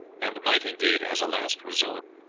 and might indeed, as a last resource,